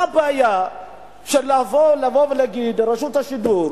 מה הבעיה לבוא ולהגיד לרשות השידור,